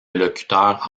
locuteurs